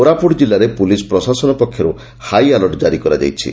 କୋରାପୁଟ ଜିଲ୍ଲାରେ ପୁଲିସ ପ୍ରଶାସନ ପକ୍ଷରୁ ହାଇ ଆଲର୍ଟ ଜାରି କରାଯାଇଛି